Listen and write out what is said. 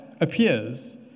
appears